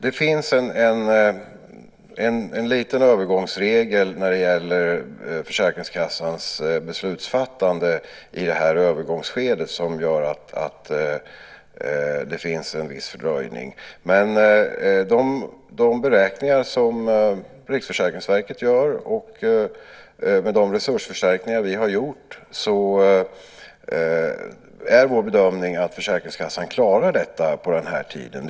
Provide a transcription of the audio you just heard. Det finns en liten övergångsregel när det gäller försäkringskassans beslutsfattande i det här övergångsskedet som gör att det finns en viss fördröjning. Enligt de beräkningar som Riksförsäkringsverket gör och med de resursförstärkningar vi har gjort är vår bedömning att försäkringskassan klarar detta på den här tiden.